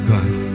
God